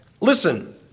Listen